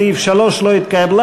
גם הסתייגות לסעיף 3 לא התקבלה.